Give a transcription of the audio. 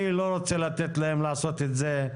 אני לא רוצה לתת להם לעשות את זה,